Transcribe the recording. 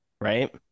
right